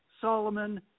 Solomon